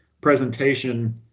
presentation